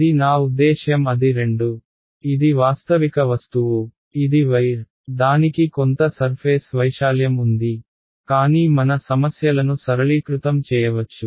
ఇది నా ఉద్దేశ్యం అది రెండు ఇది వాస్తవిక వస్తువు ఇది వైర్ దానికి కొంత సర్ఫేస్ వైశాల్యం ఉంది కానీ మన సమస్యలను సరళీకృతం చేయవచ్చు